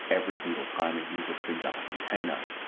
every single time a user spins up a container,